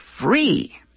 free